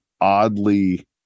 oddly